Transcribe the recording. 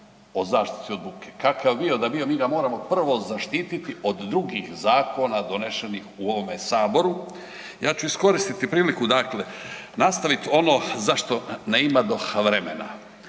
o zaštiti od buke kakav bio da bio mi ga moramo prvo zaštititi od drugih zakona donešenih u ovome Saboru. Ja ću iskoristiti priliku nastavit ono zašto ne imadoh vremena.